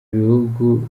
bihugu